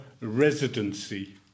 residency